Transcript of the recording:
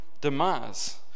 demise